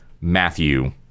Matthew